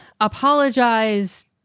apologize